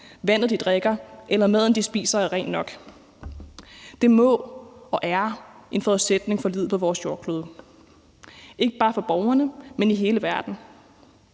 vandet, de drikker, eller maden, de spiser, er ren nok. Det må være og er en forudsætning for livet på vores jordklode, ikke bare for borgerne her, men i hele verden.